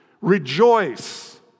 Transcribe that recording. rejoice